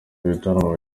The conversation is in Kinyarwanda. ibitaramo